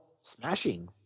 smashing